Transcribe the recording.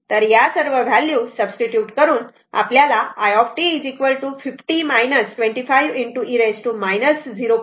तर या सर्व व्हॅल्यू सब्स्टिट्युट करून i t 50 25 e 0